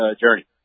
journey